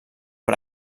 per